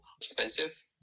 expensive